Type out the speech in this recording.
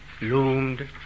loomed